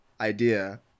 idea